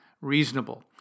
reasonable